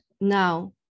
Now